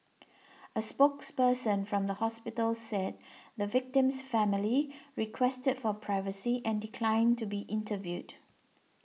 a spokesperson from the hospital said the victim's family requested for privacy and declined to be interviewed